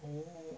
oo